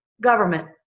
government